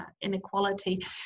inequality